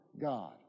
God